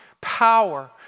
Power